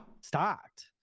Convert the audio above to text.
stocked